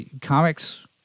comics